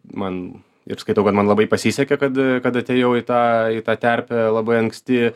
man ir skaitau kad man labai pasisekė kad kad atėjau į tą į tą terpę labai anksti